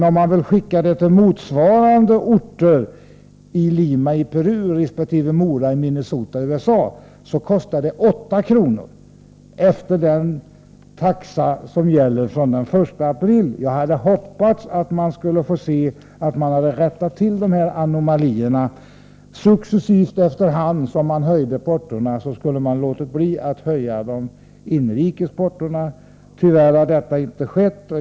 Om man vill skicka det till Lima i Peru resp. till Mora i Minnesota i USA, kostar det 8 kr. enligt den taxa som gäller från den 1 april. Jag hade hoppats att man skulle ha rättat till de här anomalierna. Man skulle ha låtit bli att höja de inrikes portona, när övriga porton successivt höjdes. Tyvärr har det inte blivit så.